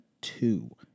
two